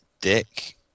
Dick